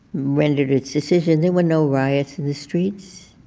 rendered its decision, there were no riots in the streets.